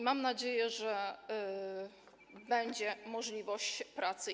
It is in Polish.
Mam nadzieję, że będzie możliwość pracy.